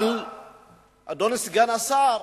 אדוני סגן השר,